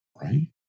Right